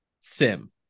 sim